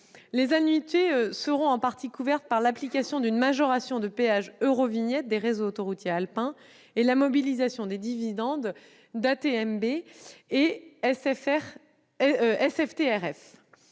Les annuités seront en partie couvertes par l'application d'une majoration de péage « Eurovignette » des réseaux autoroutiers alpins et la mobilisation des dividendes d'ATMB,